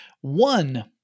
One